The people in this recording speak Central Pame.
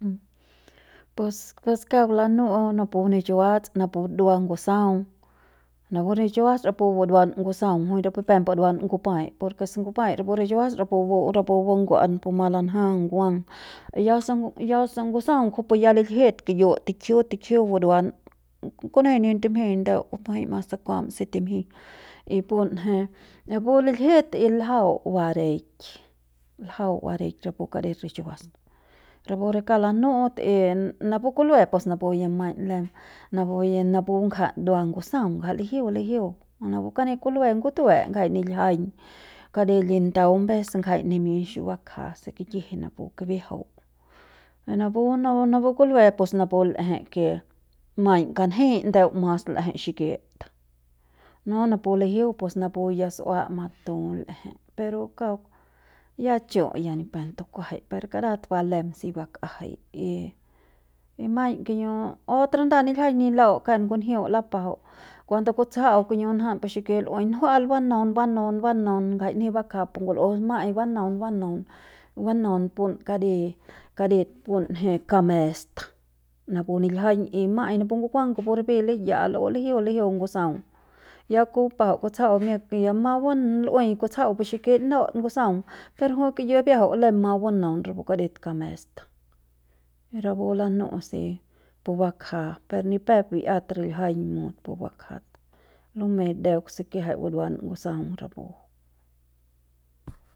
Pus pus kauk lanu'u napu nichuats napu dua ngusaung rapu richuas rapu buruan ngusaung rajuik ni pep buruan ngumpai por ke se ngumpai rapu richuas rapu bu rapu bu rapu bungua'an puma lanja nguang ya se ya se ngusaung kujupu ya liljit kiñu tikjiu tikjiu buruan kinji ni timjik ndeu mas se kuam si timjik y punje rapu liljt y laljau bareik ljau bareik rapu kadit richuas rapu re kauk lanu'ut y napu kulue pus napu ya lem napu napu ngja ndua ngusaung ngja lijiu lijiu napu kani kulue ngutue ngjai niljiaiñ kari li ndau mbes ngjai nimix bakja se kikji napu kibiajau napu rapu kulue pus napu l'eje ke maiñ kanjei ndeu mas l'ejei xikit no napu lijiu pus napu ya su'ua matu l'eje pero kauk ya chu ya ni pep tukuajai per karat si lem ba bakjai y maiñ kiñu otro nda niljiaiñ ni la'u ken ngunjiu lapajau cuando kutsja'au kiñu njan pu xikich lu'ui njua'al banaun banaun banaun ngjai nji bakja ne ngul'us ma'ai banaun banaun banaun pun karit karit punje kamesk napu niljiaiñ y ma'ai napu ngukuang kupu ripi liya'a la'u lijiu lijiu ngusaung ya ke bupajau kutsjau miak ya ma lu'ui ktusjau pu xikich naut ngusaung per jui kiñ kibiajau jui lem ma banaun rapu karit kamesk y rapu lanu'u si pu bakja per ni pep bi'iat riljiaiñ mut pu bakjat lumei ndeuk se kiajai buruan ngusaun rapu.